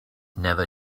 never